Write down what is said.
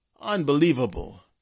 Unbelievable